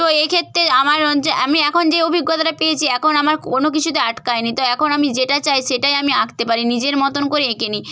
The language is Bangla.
তো এই ক্ষেত্রে আমার যে আমি এখন যে অভিজ্ঞতাটা পেয়েছি এখন আমার কোনো কিছুতে আটকায়নি তো এখন আমি যেটা চাই সেটাই আমি আঁকতে পারি নিজের মতন করে এঁকে নিই